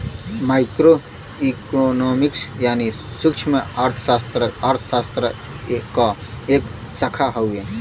micro economics यानी सूक्ष्मअर्थशास्त्र अर्थशास्त्र क एक शाखा हउवे